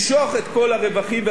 להשקיע אותם בחו"ל,